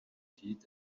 heat